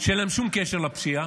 שאין להם שום קשר לפשיעה.